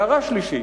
והערה שלישית,